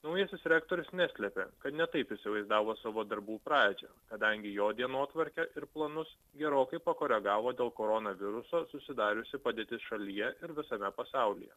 naujasis rektorius neslepia kad ne taip įsivaizdavo savo darbų pradžią kadangi jo dienotvarkę ir planus gerokai pakoregavo dėl koronaviruso susidariusi padėtis šalyje ir visame pasaulyje